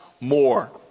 more